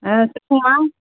ஆ சொல்லும்மா